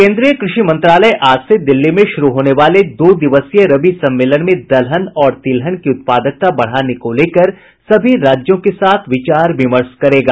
केन्द्रीय कृषि मंत्रालय आज से दिल्ली में शुरू होने वाले दो दिवसीय रबी सम्मेलन में दलहन और तिलहन की उत्पादकता बढ़ाने को लेकर सभी राज्यों के साथ विचार विमर्श करेगा